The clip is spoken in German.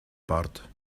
bart